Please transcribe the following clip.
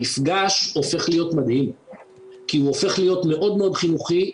המפגש הופך להיות מדהים כי הוא הופך להיות מאוד מאוד חינוכי,